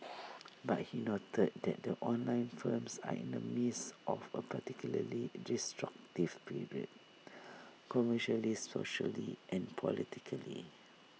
but he noted that the online firms are in the midst of A particularly disruptive period commercially socially and politically